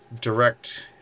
direct